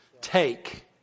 Take